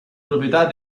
proprietà